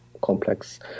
complex